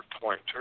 pointer